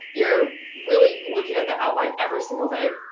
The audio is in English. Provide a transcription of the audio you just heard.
you're really looking at the outline every single day.